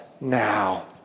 now